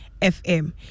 fm